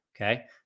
Okay